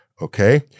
Okay